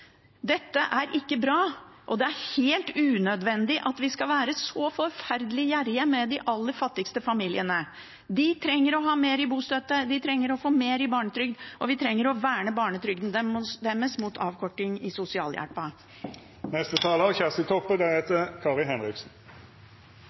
Dette er ikke bra, og det er helt unødvendig at vi skal være så forferdelig gjerrige med de aller fattigste familiene. De trenger mer i bostøtte, de trenger å få mer i barnetrygd, og vi trenger å verne barnetrygden deres mot avkorting i sosialhjelpen.